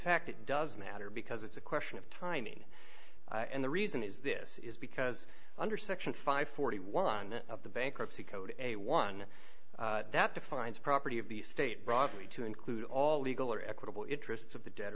fact it doesn't matter because it's a question of timing and the reason is this is because under section five hundred and forty one of the bankruptcy code a one that defines property of the state broadly to include all legal or equitable interests of the de